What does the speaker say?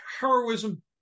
heroism